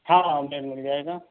ہاں آملیٹ مل جائے گا